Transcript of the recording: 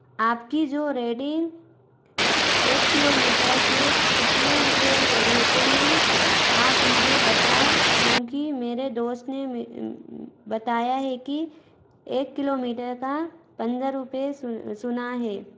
आपकी जो रैडिंग एक किलौमीटर के कितने रुपये रहते हैं आप मुझे बताओ क्योंकि मेरे दोस्त ने बताया है कि एक किलौमीटर का पन्द्रह रुपये सुना है